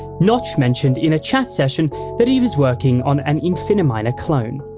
notch mentioned in a chat session that he was working on an infiniminer clone,